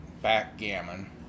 backgammon